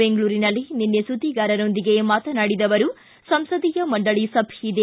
ಬೆಂಗಳೂರಿನಲ್ಲಿ ನಿನ್ನೆ ಸುದ್ದಿಗಾರರೊಂದಿಗೆ ಮಾತನಾಡಿದ ಅವರು ಸಂಸದೀಯ ಮಂಡಳಿ ಸಭೆ ಇದೆ